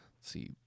see